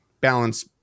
Balance